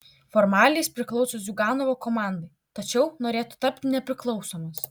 formaliai jis priklauso ziuganovo komandai tačiau norėtų tapti nepriklausomas